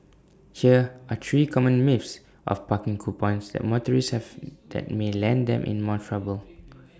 here are three common myths of parking coupons that motorists have that may land them in more trouble